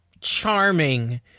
charming